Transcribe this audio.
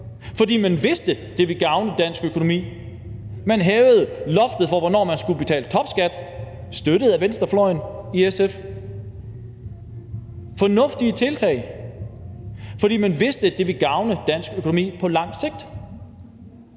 fordi man vidste, at det ville gavne dansk økonomi; og man hævede loftet for, hvornår man skulle betale topskat, støttet af venstrefløjen, af SF. Det var fornuftige tiltag, fordi man vidste, at det ville gavne dansk økonomi på lang sigt.